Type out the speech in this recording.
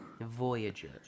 Voyager